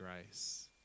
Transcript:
grace